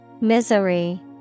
Misery